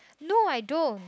no I don't